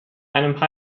einem